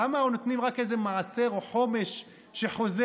למה נותנים רק איזה מעשר או חומש שחוזר,